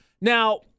Now